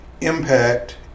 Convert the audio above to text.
impact